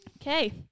Okay